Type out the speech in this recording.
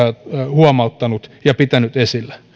huomauttanut ja pitänyt esillä